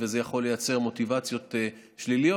וזה יכול לייצר מוטיבציות שליליות.